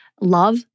Love